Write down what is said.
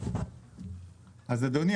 אז אדוני,